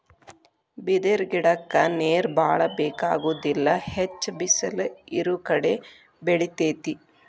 ಬಿದಿರ ಗಿಡಕ್ಕ ನೇರ ಬಾಳ ಬೆಕಾಗುದಿಲ್ಲಾ ಹೆಚ್ಚ ಬಿಸಲ ಇರುಕಡೆ ಬೆಳಿತೆತಿ